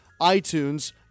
iTunes